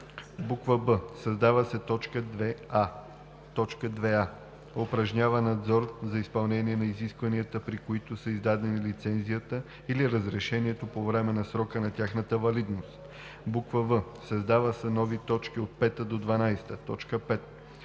тях“; б) създава се т. 2а: „2а. упражнява надзор за изпълнение на изискванията, при които са издадени лицензията или разрешението, по време на срока на тяхната валидност;“ в) създават се нови т. 5 – 12: